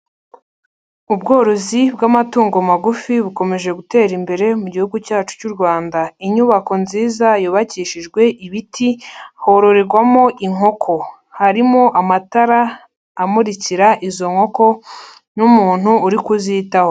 Ubworozi bw'amatungo magufi bukomeje gutera imbere mu gihugu cyacu cy'u Rwanda, inyubako nziza yubakishijwe ibiti hororerwamo inkoko, harimo amatara amurikira izo nkoko n'umuntu uri kuzitaho.